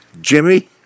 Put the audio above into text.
Jimmy